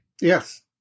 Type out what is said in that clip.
Yes